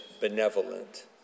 benevolent